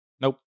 nope